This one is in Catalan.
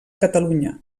catalunya